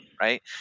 right